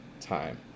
time